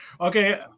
Okay